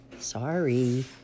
Sorry